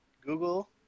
Google